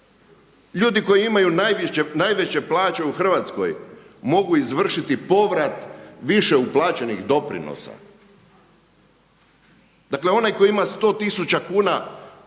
Ljudi koji imaju najveće plaće u Hrvatskoj mogu izvršiti povrat više uplaćenih doprinosa. Dakle onaj koji ima 100 tisuća